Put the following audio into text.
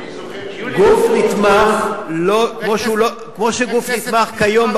כמו שגוף נתמך כיום,